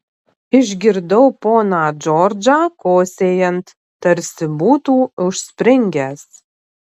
išgirdau poną džordžą kosėjant tarsi būtų užspringęs